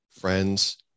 friends